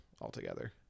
altogether